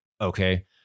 Okay